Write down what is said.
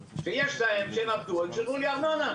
הם עבדו והם שילמו ארנונה,